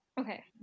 Okay